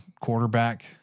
quarterback